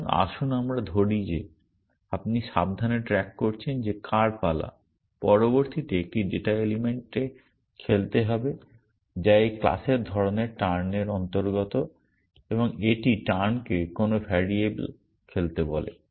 সুতরাং আসুন আমরা ধরি যে আপনি সাবধানে ট্র্যাক করছেন যে কার পালা পরবর্তীতে একটি ডাটা এলিমেন্টে খেলতে হবে যা এই ক্লাসের ধরণের টার্নের অন্তর্গত এবং এটি টার্নকে কোনো ভেরিয়েবল খেলতে বলে